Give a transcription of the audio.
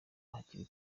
hakiri